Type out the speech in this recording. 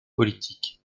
politique